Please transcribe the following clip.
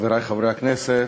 חברי חברי הכנסת,